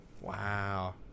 Wow